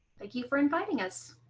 thank you for inviting us.